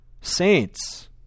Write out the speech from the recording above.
saints